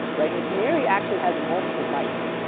right. and the canary actually has multiple bytes,